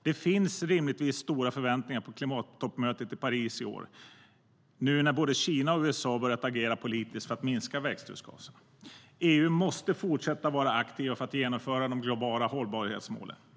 Det finns rimligtvis stora förväntningar på klimattoppmötet i Paris i år, nu när både Kina och USA börjat agera politiskt för att minska växthusgaserna.EU måste fortsatt vara aktivt för att genomföra de globala hållbarhetsmålen.